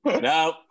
no